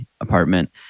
apartment